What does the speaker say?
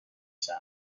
شود